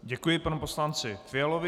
Děkuji panu poslanci Fialovi.